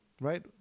right